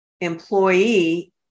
employee